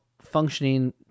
functioning